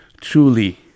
truly